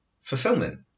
fulfillment